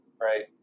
right